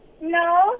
No